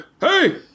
Hey